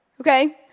Okay